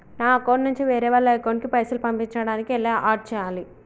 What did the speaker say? నా అకౌంట్ నుంచి వేరే వాళ్ల అకౌంట్ కి పైసలు పంపించడానికి ఎలా ఆడ్ చేయాలి?